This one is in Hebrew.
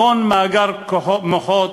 מכון "מאגר מוחות"